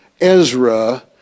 Ezra